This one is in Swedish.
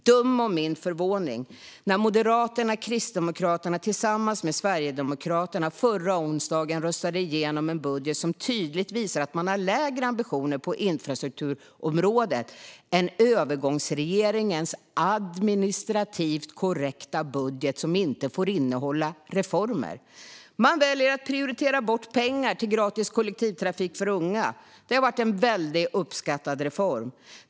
Döm om min förvåning när Moderaterna och Kristdemokraterna tillsammans med Sverigedemokraterna förra onsdagen röstade igenom en budget som tydligt visar att man har lägre ambitioner på infrastrukturområdet än övergångsregeringens administrativt korrekta budget som inte får innehålla reformer. Man väljer att prioritera bort pengar till gratis kollektivtrafik för unga. Det har varit en väldigt uppskattad reform.